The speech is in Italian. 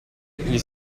gli